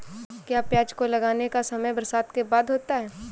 क्या प्याज को लगाने का समय बरसात के बाद होता है?